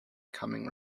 coming